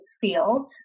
field